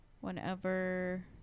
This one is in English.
Whenever